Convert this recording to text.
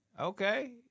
Okay